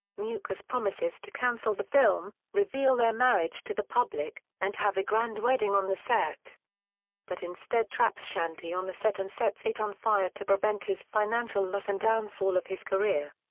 mukesh promises to cancel the film, reveal their marriage to the public, and have a grand wedding on the set but instead traps shanti on the set and sets it on fire to prevent his financial loss and downfall of his career.